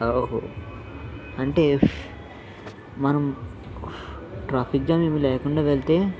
అహో అంటే మనం ట్రాఫిక్ జామ్ ఏమీ లేకుండా వెళ్తే